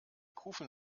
kufen